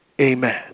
Amen